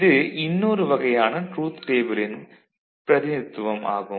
இது இன்னொரு வகையான ட்ரூத் டேபிளின் பிரதிநிதித்துவம் ஆகும்